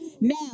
Now